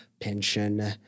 pension